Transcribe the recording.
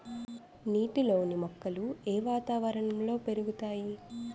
నీటిలోని మొక్కలు ఏ వాతావరణంలో పెరుగుతాయి?